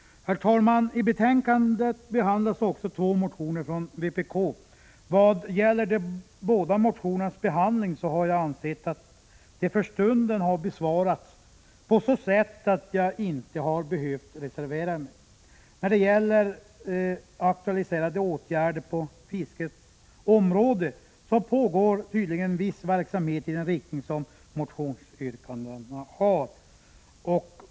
Herr talman! I betänkandet behandlas också två motioner från vpk. Vad gäller de båda motionernas behandling har jag ansett att de för stunden har | besvarats på ett sådant sätt att jag inte har behövt reservera mig. När det gäller aktualiserade åtgärder på fiskets område pågår tydligen en viss verksamhet i den riktning som motionsyrkandena har.